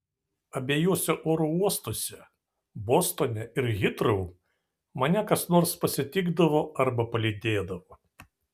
abiejuose oro uostuose bostone ir hitrou mane kas nors pasitikdavo arba palydėdavo